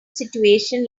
situation